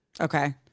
Okay